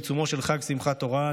בעיצומו של חג שמחת תורה,